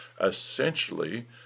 essentially